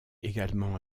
également